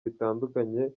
bitandukanye